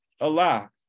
Allah